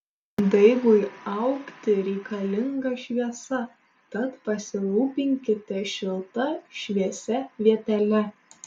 daigui augti reikalinga šviesa tad pasirūpinkite šilta šviesia vietele